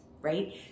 right